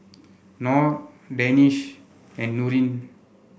Nor Danish and Nurin